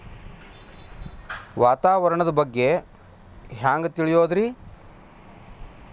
ವಾತಾವರಣದ ಬಗ್ಗೆ ಹ್ಯಾಂಗ್ ತಿಳಿಯೋದ್ರಿ?